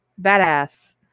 Badass